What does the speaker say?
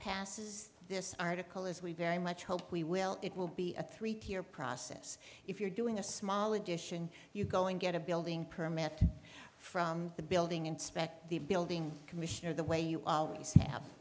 passes this article as we very much hope we will it will be a three tier process if you're doing a small addition you go and get a building permit from the building inspect the building commissioner the way you always have